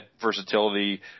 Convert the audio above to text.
versatility